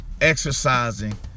exercising